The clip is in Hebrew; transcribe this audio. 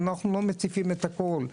אנחנו לא מציפים את הכול,